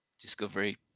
Discovery